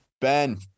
Ben